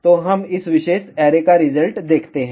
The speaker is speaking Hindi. तो हम इस विशेष ऐरे का रिजल्ट देखते हैं